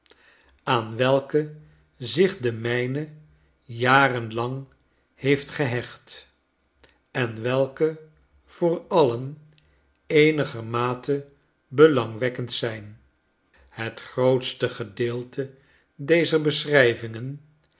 aan welke zich de mtjne jaren lang heeft gehecht en welke voor alien eenigermate belangwekkend zijn het grootste gedeelte dezer beschrijvingen